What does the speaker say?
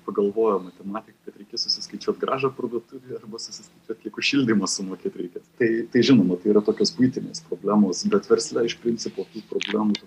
pagalvojo matematikai kad reikės susiskaičiuoti grąžą parduotuvėje arba atlikus šildymą sumokėti reikės tai tai žinoma tai yra tokios buitinės problemos bet versle iš principo tų problemų